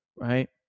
right